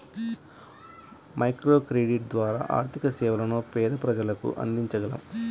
microcredit ద్వారా ఆర్థిక సేవలను పేద ప్రజలకు అందించగలం